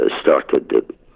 started